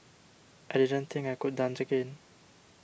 I didn't think I could dance again